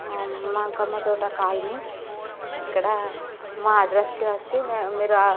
Ankamma Thota colony ఇక్కడ మా అడ్రస్కి వచ్చి మీరు